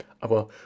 Aber